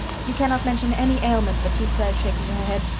you cannot mention any ailment but she says, shaking her head,